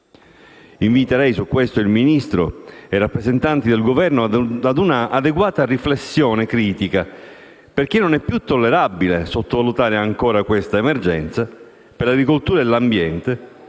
Inviterei su questo il Ministro e i rappresentanti del Governo ad un'adeguata riflessione critica, perché non è più tollerabile sottovalutare ancora questa emergenza per l'agricoltura e l'ambiente,